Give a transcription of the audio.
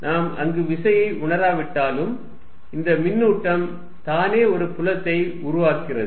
நாம் அங்கு விசையை உணராவிட்டாலும் இந்த மின்னூட்டம் தானே ஒரு புலத்தை உருவாக்குகிறது